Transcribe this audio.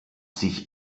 sich